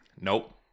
Nope